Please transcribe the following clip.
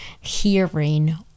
hearing